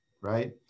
right